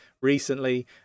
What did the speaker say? recently